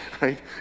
right